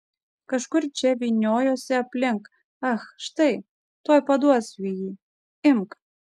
kažkur čia vyniojosi aplink ach štai tuoj paduosiu jį imk